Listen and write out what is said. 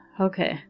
Okay